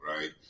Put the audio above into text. right